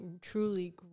truly